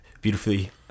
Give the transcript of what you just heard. beautifully